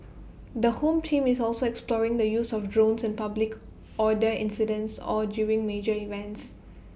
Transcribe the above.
the home team is also exploring the use of drones in public order incidents or during major events